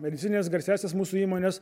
medicinines garsiąsias mūsų įmones